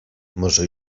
może